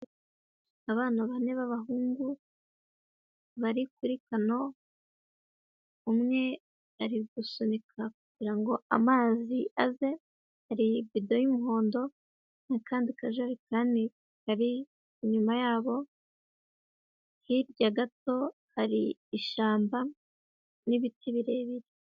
Abana bane b'abahungu bari kuri kano, umwe ari gusunika kugira ngo amazi aze, hari ibido y'umuhondo n'akandi kajerekani kari inyuma yabo, hirya gato hari ishyamba n'ibiti birebire.